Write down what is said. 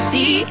See